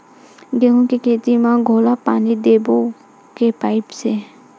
गेहूं के खेती म घोला पानी देबो के पाइप से?